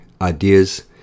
Ideas